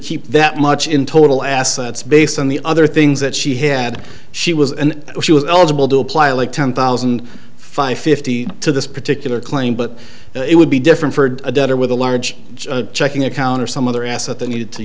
keep that much in total assets based on the other things that she had she was and she was eligible to apply like ten thousand five fifty to this particular claim but it would be different for a debtor with a large checking account or some other asset that needed to